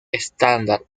estándar